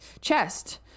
chest